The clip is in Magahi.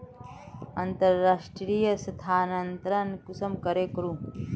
अंतर्राष्टीय स्थानंतरण कुंसम करे करूम?